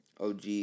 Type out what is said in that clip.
OG